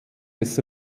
des